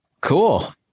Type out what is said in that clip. cool